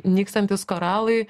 nykstantys koralai